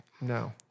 No